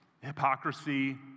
Hypocrisy